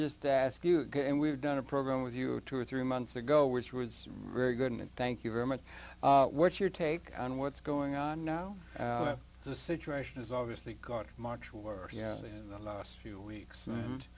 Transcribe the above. just ask you again we've done a program with you two or three months ago which was very good and thank you very much what's your take on what's going on now the situation is obviously got much worse in the last few weeks and